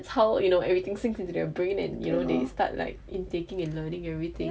that's how you know everything sinks into their brain and they'll start like intaking and learning everything